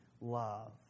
love